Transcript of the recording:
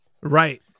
Right